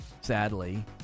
sadly